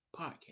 podcast